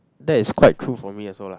that is quite true for me also lah